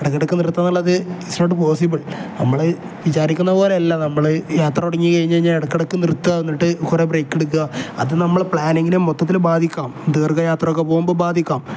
ഇടക്ക് ഇടക്ക് നിർത്തുക എന്നുള്ളത് ഇറ്റ് ഈസ് നോട്ട് പോസിബിൾ നമ്മൾ വിചാരിക്കുന്ന പോലെയല്ല നമ്മൾ യാത്ര തുടങ്ങി കഴിഞ്ഞ് കഴിഞ്ഞാൽ ഇടക്ക് ഇടക്ക് നിർത്തുക എന്നിട്ട് കുറേ ബ്രേക്ക് എടുക്കുക അത് നമ്മൾ പ്ലാനിങ്ങിനെ മൊത്തത്തിൽ ബാധിക്കാം ദീർഖ യാത്രയൊക്കെ പോകുമ്പോൾ ബാധിക്കാം